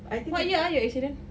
what year ah your accident